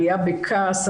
עלייה בכעס,